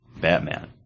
batman